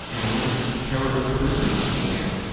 and what a terrible prison to be in.